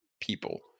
people